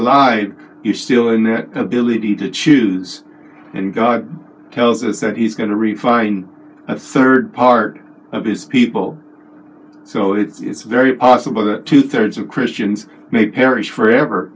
alive you still anette ability to choose and god tells us that he's going to redefine the third part of his people so it is very possible that two thirds of christians may perish forever